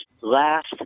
Last